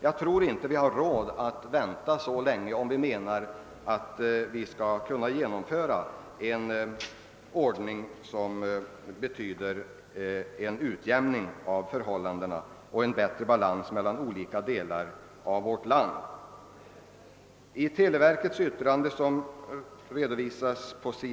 Jag tror inte att vi har råd att vänta så länge med att genomföra en utjämning av telekostnaderna och därmed bidra till en bättre balans mellan olika delar av vårt land även på detta område. I televerkets yttrande, som redovisas på s.